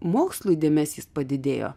mokslui dėmesys padidėjo